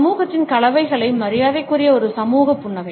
சமூகத்தின் கவலைகளை மரியாதைக்குரிய ஒரு சமூக புன்னகை